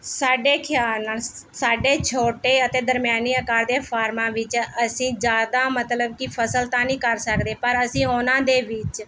ਸਾਡੇ ਖਿਆਲ ਨਾਲ਼ ਸਾਡੇ ਛੋਟੇ ਅਤੇ ਦਰਮਿਆਨੀ ਅਕਾਰ ਦੇ ਫਾਰਮਾਂ ਵਿੱਚ ਅਸੀਂ ਜ਼ਿਆਦਾ ਮਤਲਬ ਕਿ ਫਸਲ ਤਾਂ ਨਹੀਂ ਕਰ ਸਕਦੇ ਪਰ ਅਸੀਂ ਉਹਨਾਂ ਦੇ ਵਿੱਚ